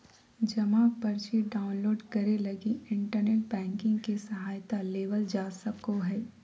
जमा पर्ची डाउनलोड करे लगी इन्टरनेट बैंकिंग के सहायता लेवल जा सको हइ